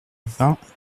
vingts